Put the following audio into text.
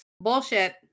Bullshit